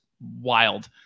wild